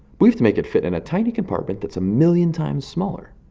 we have to make it fit in a tiny compartment that's a million times smaller.